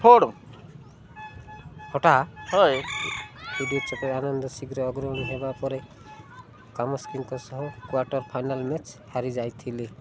ଫଡ଼ ହଟା ହଏ ଆନନ୍ଦ ଶୀଘ୍ର ଅଗ୍ରଣୀ ହେବା ପରେ କାମସ୍କିଙ୍କ ସହ କ୍ୱାର୍ଟର୍ ଫାଇନାଲ୍ ମ୍ୟାଚ୍ ହାରିଯାଇଥିଲେ